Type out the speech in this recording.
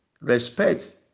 respect